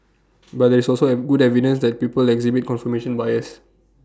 but there is also at good evidence that people exhibit confirmation bias